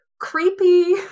creepy